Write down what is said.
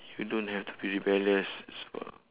you don't have to be rebellious so